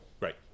Right